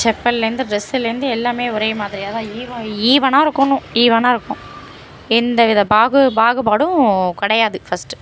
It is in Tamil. செப்பல்லேருந்து ட்ரெஸ்ஸுலேருந்து எல்லாமே ஒரே மாதிரியாக தான் ஈவன் ஈவனாக இருக்கணும் ஈவனாக இருக்கும் எந்த வித பாகு பாகுபாடும் கிடையாது ஃபர்ஸ்ட்டு